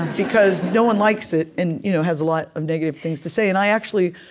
because no one likes it, and you know has a lot of negative things to say. and i actually,